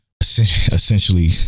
essentially